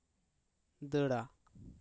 ᱫᱟᱹᱲᱟ